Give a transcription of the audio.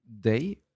day